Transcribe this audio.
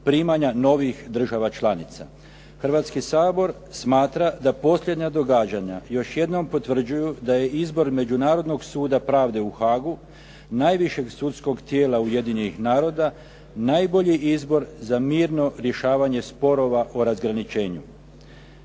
Hrvatski sabor smatra da posljednja događanja još jednom potvrđuju da je izbor Međunarodnog suda pravde u Haagu najvišeg sudskog tijela Ujedinjenih naroda najbolji izbor za mirno rješavanje sporova o razgraničenju.